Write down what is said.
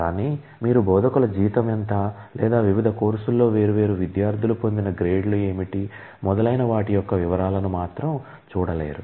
కానీ మీరు బోధకుల జీతం ఎంత లేదా వివిధ కోర్సులలో వేర్వేరు విద్యార్థులు పొందిన గ్రేడ్లు ఏమిటి మొదలైన వాటి యొక్క వివరాలను మాత్రం చూడలేరు